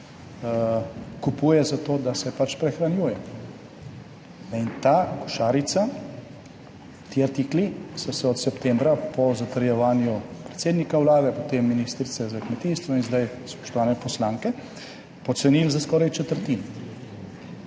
kupuje zato, da se pač prehranjuje. In ta košarica, ti artikli so se od septembra po zatrjevanju predsednika Vlade, potem ministrice za kmetijstvo in zdaj spoštovane poslanke pocenili za skoraj četrtino.